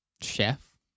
chef